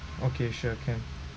okay sure can